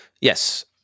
yes